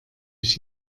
ich